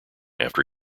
after